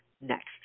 next